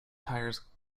tires